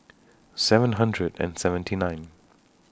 seven hundred and seventy nine